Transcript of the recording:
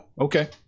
okay